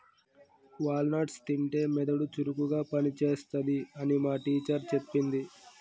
wall nuts తింటే మెదడు చురుకుగా పని చేస్తది అని మా టీచర్ చెప్పింది